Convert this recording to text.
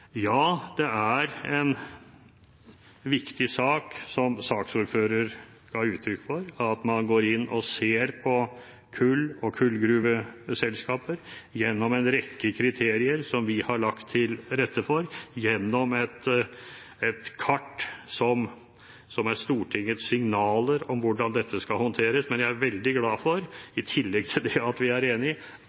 Ja, det er en viktig sak, som saksordføreren ga uttrykk for, at man går inn og ser på kull og kullgruveselskaper med en rekke kriterier som vi har lagt til rette for, gjennom et kart som er Stortingets signaler om hvordan dette skal håndteres. Men jeg er veldig glad for – i tillegg til det at vi er enige